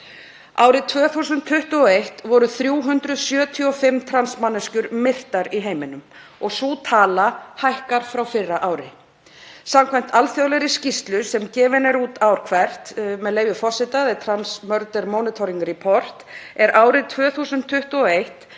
Árið 2021 voru 375 trans manneskjur myrtar í heiminum og sú tala hækkar frá fyrra ári. Samkvæmt alþjóðlegri skýrslu sem gefin er út ár hvert, með leyfi forseta, „Trans murder monitoring report“, er árið 2021